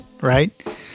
Right